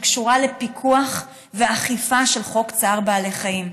שקשורה לפיקוח ולאכיפה של חוק צער בעלי חיים,